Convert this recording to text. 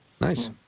Nice